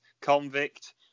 Convict